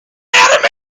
out